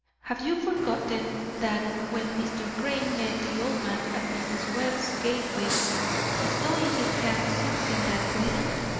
have you forgotten that when mr. crane met the old man at mrs. webb's gateway he saw in his hand something that glistened?